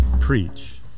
preach